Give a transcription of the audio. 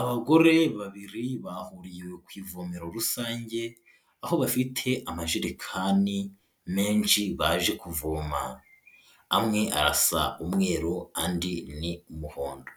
Abagore babiri bahuriye ku ivomero rusange, aho bafite amajerekani menshi baje kuvoma, amwe arasa umweru, andi ni umuhondo.